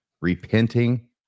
repenting